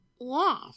Yes